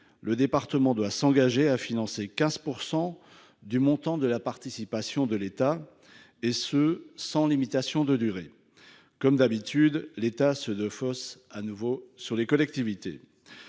le département doit s'engager à financer 15 % du montant de la participation de l'État, sans limitation de durée. Comme d'habitude, l'État se défausse sur les collectivités.